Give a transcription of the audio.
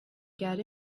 get